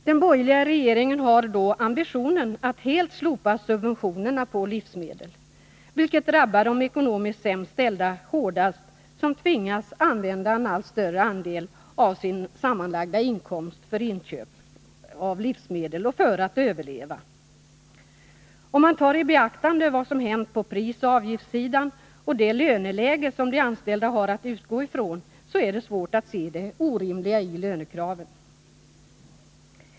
Den borgerliga regeringen har ambitionen att helt slopa subventionerna på livsmedel, vilket hårdast drabbar de ekonomiskt sämst ställda, eftersom de tvingas använda en allt större andel av sin sammanlagda inkomst för inköp av livsmedel, dvs. för att överleva. Om man tar i beaktande vad som hänt på prisoch avgiftssidan och det löneläge som de anställda har att utgå ifrån, så är det svårt att se det orimliga i lönekraven.